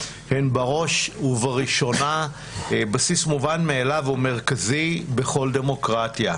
הן בראש ובראשונה בסיס מובן מאליו ומרכזי בכל דמוקרטיה.